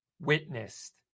witnessed